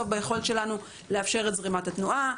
ביכולת שלנו לאפשר את זרימת התנועה,